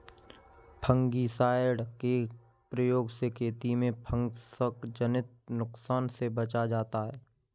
fungicide के प्रयोग से खेती में फँगसजनित नुकसान से बचा जाता है